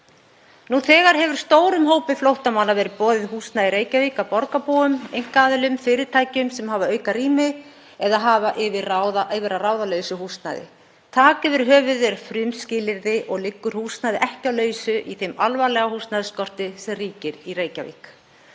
Nú þegar hefur stórum hópi flóttamanna verið boðið húsnæði í Reykjavík af borgarbúum, einkaaðilum, fyrirtækjum sem hafa aukarými eða hafa yfir að ráða lausu húsnæði. Þak yfir höfuðið er frumskilyrði og liggur húsnæði ekki á lausu í þeim alvarlega húsnæðisskorti sem ríkir í Reykjavík.